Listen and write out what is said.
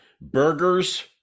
burgers